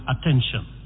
attention